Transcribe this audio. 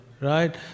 right